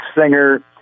singer